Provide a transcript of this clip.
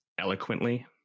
eloquently